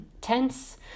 tense